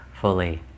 fully